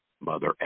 Mother